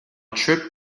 trip